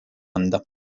anda